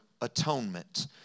Atonement